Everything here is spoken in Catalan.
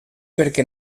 perquè